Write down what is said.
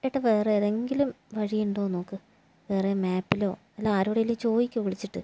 ഏട്ടാ വേറെ ഏതെങ്കിലും വഴി ഉണ്ടോ നോക്ക് വേറെ മാപ്പിലോ അല്ലെങ്കിൽ ആരോടെങ്കിലും ചോദിക്കുവോ വിളിച്ചിട്ട്